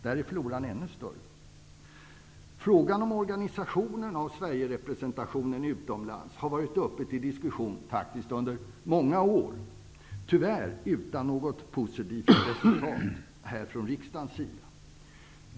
Där är floran ännu större. Sverigerepresentationen utomlands har varit uppe till diskussion under många år, tyvärr utan något positivt resultat i riksdagen.